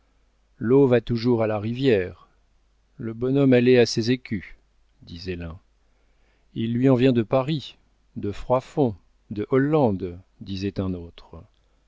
l'eau va toujours à la rivière le bonhomme allait à ses écus disait l'un il lui en vient de paris de froidfond de hollande disait un autre